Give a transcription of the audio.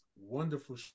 wonderful